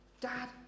Dad